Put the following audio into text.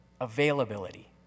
Availability